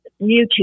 YouTube